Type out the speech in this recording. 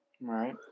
right